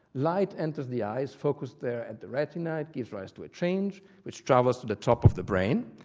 light enters the eyes, focused there at the retina, it gives rise to a change, which travels to the top of the brain,